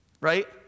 Right